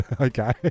Okay